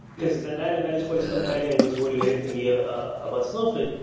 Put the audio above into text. because that and that is what is compelling and what's motivating to me ah about snowflake,